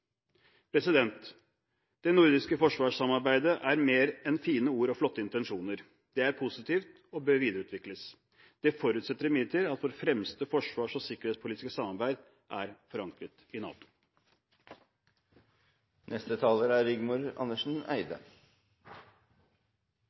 Det nordiske forsvarssamarbeidet er mer enn fine ord og flotte intensjoner. Det er positivt og bør videreutvikles. Det forutsetter imidlertid at vårt fremste forsvars- og sikkerhetspolitiske samarbeid er forankret i NATO. Som interpellanten helt riktig påpeker, er